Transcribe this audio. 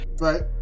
Right